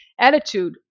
attitude